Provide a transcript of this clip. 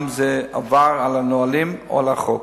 אם זה עבר על הנהלים או על החוק.